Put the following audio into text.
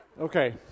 Okay